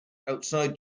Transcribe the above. outside